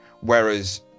Whereas